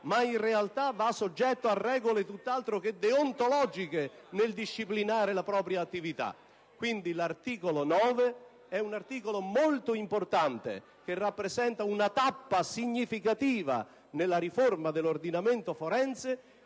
ma in realtà va soggetto a regole tutt'altro che deontologiche nel disciplinare la propria attività. L'articolo 9 è pertanto molto importante e rappresenta una tappa significativa nella riforma dell'ordinamento forense